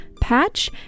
patch